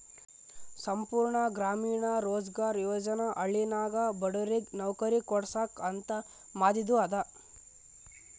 ಸಂಪೂರ್ಣ ಗ್ರಾಮೀಣ ರೋಜ್ಗಾರ್ ಯೋಜನಾ ಹಳ್ಳಿನಾಗ ಬಡುರಿಗ್ ನವ್ಕರಿ ಕೊಡ್ಸಾಕ್ ಅಂತ ಮಾದಿದು ಅದ